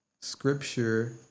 scripture